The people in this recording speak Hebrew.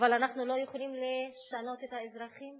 אבל אנחנו לא יכולים לשנות את האזרחים.